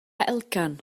elgan